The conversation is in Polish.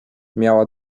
miała